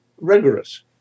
rigorous